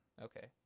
Okay